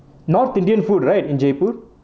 north indian food right in jaipur